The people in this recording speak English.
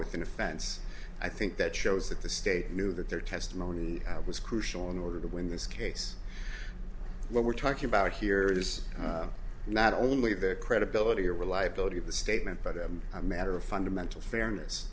with an offense i think that shows that the state knew that their testimony was crucial in order to win this case what we're talking about here is not only the credibility or reliability of the statement but i'm a matter of fundamental fairness